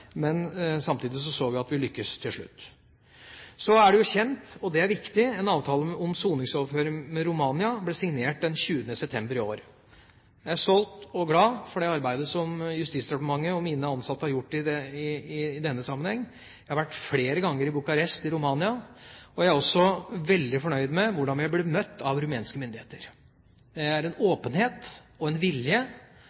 Men samtidig så vi at vi lyktes til slutt. Så er det jo kjent, og det er viktig, at en avtale om soningsoverføring med Romania ble signert den 20. september i år. Jeg er stolt over og glad for det arbeidet som Justisdepartementet og mine ansatte har gjort i denne sammenheng. Jeg har flere ganger vært i Bucuresti i Romania, og jeg er også veldig fornøyd med hvordan vi ble møtt av rumenske myndigheter. Det er en åpenhet og en vilje til ikke bare å